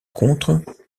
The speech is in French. contre